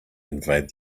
invade